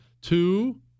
Two